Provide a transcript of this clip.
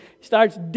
starts